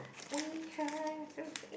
we have a v~